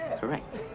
Correct